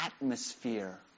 atmosphere